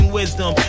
wisdom